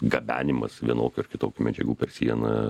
gabenimas vienokių ar kitokių medžiagų per sieną